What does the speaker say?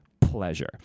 pleasure